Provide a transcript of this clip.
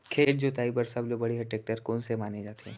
खेत जोताई बर सबले बढ़िया टेकटर कोन से माने जाथे?